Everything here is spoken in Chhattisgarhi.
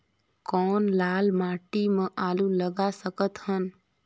कौन लाल माटी म आलू लगा सकत हन?